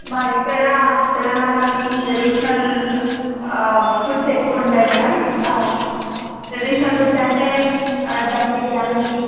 మా దగ్గర తెలంగాణలోని ట్రెడిషనల్ ఫుడ్స్ ఎక్కువుంటాయి మేడం ట్రెడిషనల్ ఫుడ్స్ అంటే దమ్ బిర్యానీ